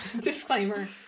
Disclaimer